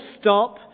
stop